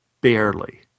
Barely